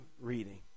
reading